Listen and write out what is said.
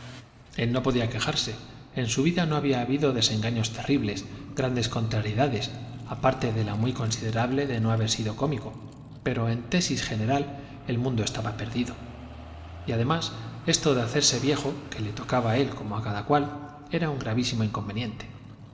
él no podía quejarse en su vida no había habido desengaños terribles grandes contrariedades aparte de la muy considerable de no haber sido cómico pero en tesis general el mundo estaba perdido y además esto de hacerse viejo que le tocaba a él como a cada cual era un gravísimo inconveniente